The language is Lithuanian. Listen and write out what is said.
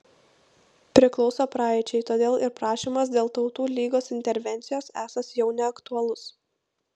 priklauso praeičiai todėl ir prašymas dėl tautų lygos intervencijos esąs jau neaktualus